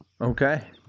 Okay